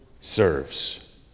serves